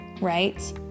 right